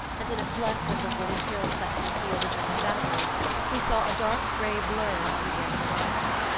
and in a cleft of the wooded hills that conceal the german batteries we saw a dark grey blur on the grey horizon.